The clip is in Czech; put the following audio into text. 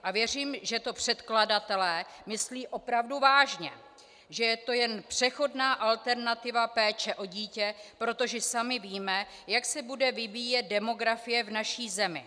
A věřím, že to předkladatelé myslí opravdu vážně, že je to jen přechodná alternativa péče o dítě, protože sami víme, jak se bude vyvíjet demografie v naší zemi.